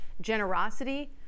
generosity